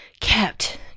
kept